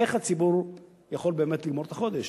איך הציבור יכול באמת לגמור את החודש?